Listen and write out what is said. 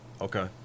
Okay